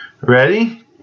Ready